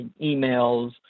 emails